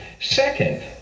second